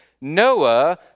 Noah